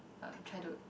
um try to